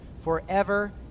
forever